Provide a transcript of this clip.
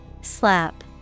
Slap